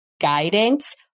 guidance